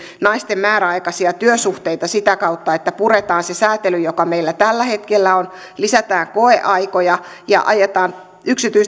naisten määräaikaisia työsuhteita sitä kautta että puretaan se säätely joka meillä tällä hetkellä on lisätään koeaikoja ja ajetaan